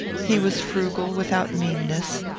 he was frugal without meanness,